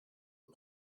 aux